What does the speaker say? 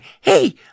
Hey